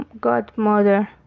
Godmother